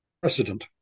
precedent